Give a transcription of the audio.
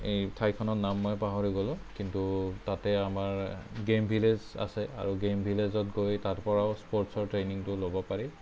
এই ঠাইখনৰ নাম মই পাহৰি গ'লো কিন্তু তাতে আমাৰ গেম ভিলেজ আছে আৰু গেম ভিলেজত গৈ তাৰ পৰাও স্পৰ্টচৰ ট্ৰেইনিংটো ল'ব পাৰি